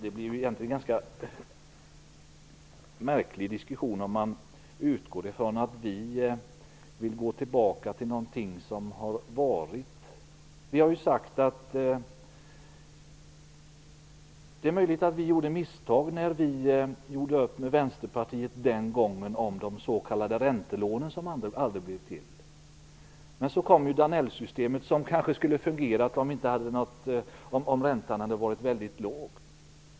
Det blir en ganska märklig diskussion om man utgår från att vi vill gå tillbaka till något som har varit. Vi har sagt att det är möjligt att vi gjorde ett misstag när vi den gången gjorde upp med Vänsterpartiet om de s.k. räntelånen, som aldrig blev till. Men så kom ju Danellsystemet, som kanske skulle ha fungerat om räntan hade varit väldigt låg.